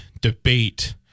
debate